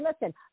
listen